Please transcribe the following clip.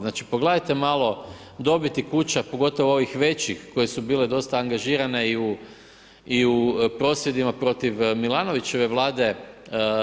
Znači pogledajte malo dobiti kuća, pogotovo ovih većih, koje su bile dosta angažirane i u prosvjedima protiv Milanovićeve vlade,